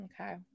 Okay